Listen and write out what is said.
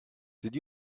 did